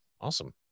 awesome